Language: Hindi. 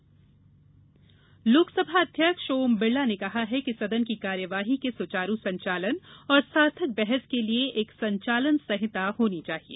लोकसभा अध्यक्ष लोकसभा अध्यक्ष ओम बिरला ने कहा है कि सदन की कार्यवाही के सुचारू संचालन और सार्थक बहस के लिए एक संचालन संहिता होनी चाहिए